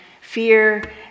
fear